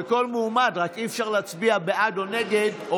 על כל מועמד, רק אי-אפשר להצביע בעד או נגד.